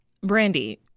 Brandy